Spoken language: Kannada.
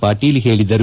ಪಾಟೀಲ್ ಹೇಳಿದರು